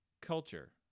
culture